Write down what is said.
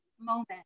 moment